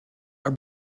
are